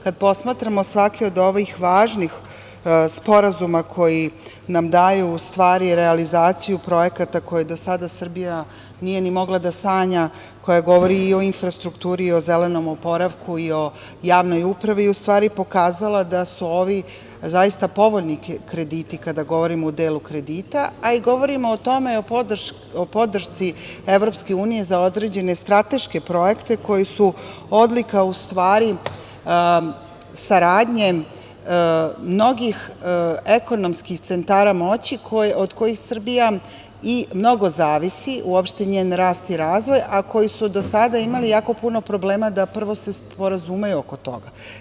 Kada posmatramo svaki od ovih važnih sporazuma koji nam daju realizaciju projekata koje do sada Srbija nije mogla da sanja, koji govore o infrastrukturi, o zelenom oporavku i javnoj upravu, pokazala da su ovi povoljni krediti, kada govorimo o delu kredita, a i govorimo o tome, o podršci EU za određene strateške projekte koji su odlika saradnje mnogih ekonomskih centara moći od kojih Srbija mnogo zavisi, uopšte njen rast i razvoj, a koji su do sada imali jako puno problema da se, prvo, sporazumeju oko toga.